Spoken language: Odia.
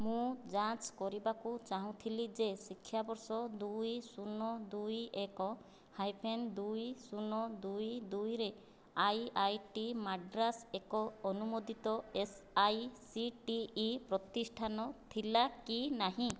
ମୁଁ ଯାଞ୍ଚ କରିବାକୁ ଚାହୁଁଥିଲି ଯେ ଶିକ୍ଷାବର୍ଷ ଦୁଇ ଶୂନ ଦୁଇ ଏକ ହାଇଫେନ୍ ଦୁଇ ଶୂନ ଦୁଇ ଦୁଇରେ ଆଇଆଇଟି ମାଡ୍ରାସ୍ ଏକ ଅନୁମୋଦିତ ଏସ୍ଆଇସିଟିଇ ପ୍ରତିଷ୍ଠାନ ଥିଲା କି ନାହିଁ